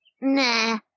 Nah